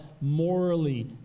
morally